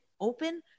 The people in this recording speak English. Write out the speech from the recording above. open